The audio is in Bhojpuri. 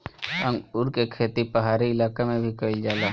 अंगूर के खेती पहाड़ी इलाका में भी कईल जाला